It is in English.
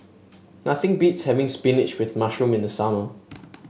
nothing beats having spinach with mushroom in the summer